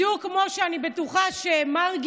בדיוק כמו שאני בטוחה שמרגי,